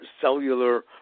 cellular